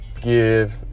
give